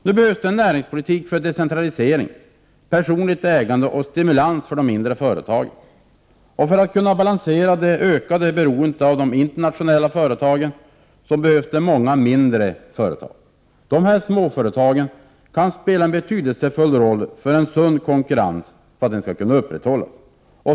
Nu behövs en näringspolitik med decentralisering, personligt ägande och stimulans för de mindre företagen. För att kunna balansera det ökade beroendet av de internationella företagen behövs många mindre företag. Småföretagen kan spela en betydelsefull roll för att en sund konkurrens skall upprätthållas.